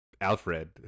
Alfred